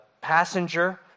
passenger